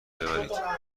بیاورید